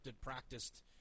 practiced